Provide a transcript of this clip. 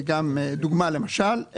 דוגמה למשל,